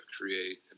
create